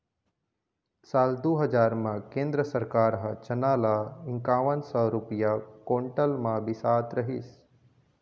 साल दू हजार म केंद्र सरकार ह चना ल इंकावन सौ रूपिया कोंटल म बिसात रहिस